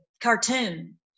cartoon